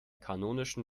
kanonischen